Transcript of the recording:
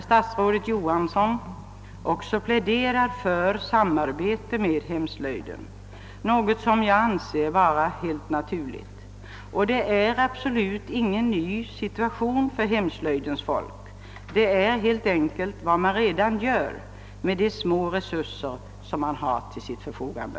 Statsrådet Johansson pläderar där också för samarbete med hemslöjden, något som jag anser vara helt naturligt. Det är absolut ingen ny situation för hemslöjdens folk utan helt enkelt vad man redan gör med de små resurser som står till förfogande.